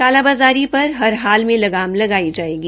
कालाबाजारी पर हर हाल में लगाम लगाई जाएगी